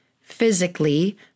physically